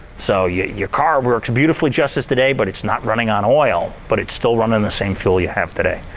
so your your car works beautifully just as today but it's not running on oil. but it's still running on the same fuel you have today.